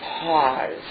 pause